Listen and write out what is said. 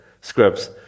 scripts